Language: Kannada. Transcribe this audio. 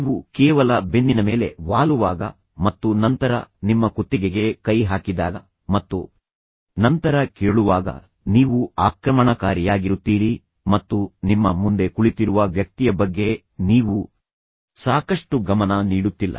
ನೀವು ಕೇವಲ ಬೆನ್ನಿನ ಮೇಲೆ ವಾಲುವಾಗ ಮತ್ತು ನಂತರ ನಿಮ್ಮ ಕುತ್ತಿಗೆಗೆ ಕೈ ಹಾಕಿದಾಗ ಮತ್ತು ನಂತರ ಕೇಳುವಾಗ ನೀವು ಆಕ್ರಮಣಕಾರಿಯಾಗಿರುತ್ತೀರಿ ಮತ್ತು ನಿಮ್ಮ ಮುಂದೆ ಕುಳಿತಿರುವ ವ್ಯಕ್ತಿಯ ಬಗ್ಗೆ ನೀವು ಸಾಕಷ್ಟು ಗಮನ ನೀಡುತ್ತಿಲ್ಲ